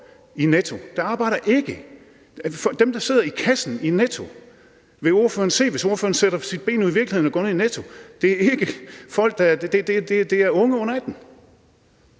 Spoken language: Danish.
i Netto. Dem, der sidder i kassen i Netto, vil ordføreren kunne se, hvis ordføreren sætter sine ben ud i virkeligheden og går ned i Netto, er unge under 18